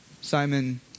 Simon